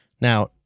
Now